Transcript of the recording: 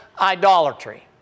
idolatry